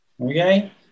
okay